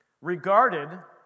regarded